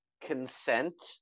consent